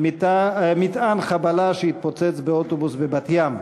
התפוצצות מטען חבלה באוטובוס בבת-ים,